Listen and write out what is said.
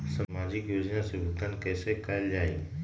सामाजिक योजना से भुगतान कैसे कयल जाई?